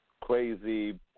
crazy